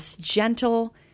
gentle